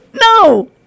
No